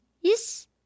Yes